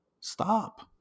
stop